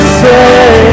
say